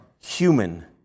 human